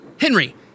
Henry